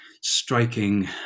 striking